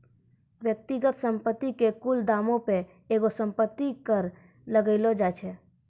व्यक्तिगत संपत्ति के कुल दामो पे एगो संपत्ति कर लगैलो जाय छै